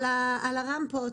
בעניין הרמפות